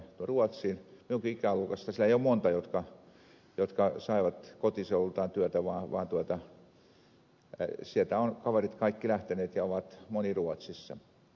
minunkaan ikäluokassani ja vähän vanhempia muista ei ole montaa jotka saivat kotiseudultaan työtä vaan sieltä ovat kaverit kaikki lähteneet ja moni on ruotsissa